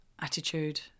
attitude